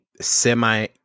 semi